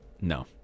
No